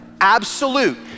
absolute